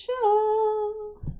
show